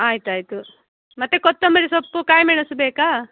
ಆಯ್ತು ಆಯ್ತು ಮತ್ತೆ ಕೊತ್ತಂಬರಿ ಸೊಪ್ಪು ಕಾಯಿ ಮೆಣಸು ಬೇಕೇ